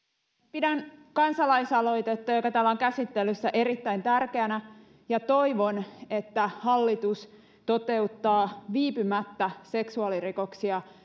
pidän kansalaisaloitetta joka täällä on käsittelyssä erittäin tärkeänä ja toivon että hallitus toteuttaa viipymättä seksuaalirikoksia